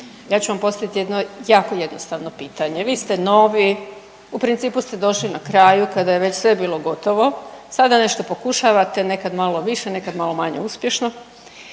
ja ću vam postaviti jedno jako jednostavno pitanje. Vi ste novi, u principu ste došli na kraju kada je već sve bilo gotovo. Sada nešto pokušate nekad malo više nekad malo manje uspješno.